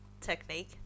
technique